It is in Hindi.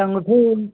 अँगूठी